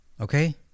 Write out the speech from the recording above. okay